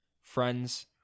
friends